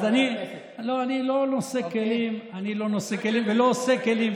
אני לא נושא כלים ולא עושה כלים,